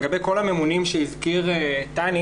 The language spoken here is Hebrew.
לגבי כל הממונים שהזכיר תני,